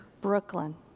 Brooklyn